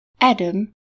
Adam